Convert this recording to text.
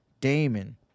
Damon